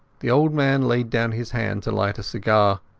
the old man laid down his hand to light a cigar.